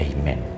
Amen